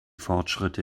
fortschritte